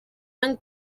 young